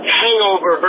hangover